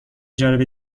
جالب